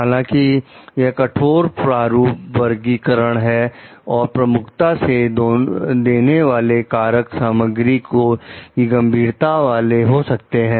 हालांकि यह कठोर प्रारूप वर्गीकरण है और प्रमुखता से देने वाले कारक सामग्री की गंभीरता वाले हो सकते हैं